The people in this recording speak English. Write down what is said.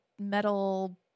metal